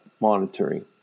monitoring